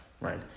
right